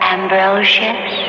Ambrosius